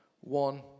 one